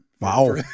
Wow